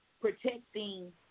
protecting